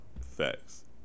Facts